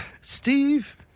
Steve